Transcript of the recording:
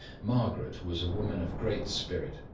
margaret was a woman of great spirit,